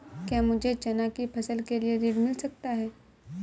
क्या मुझे चना की फसल के लिए ऋण मिल सकता है?